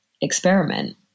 experiment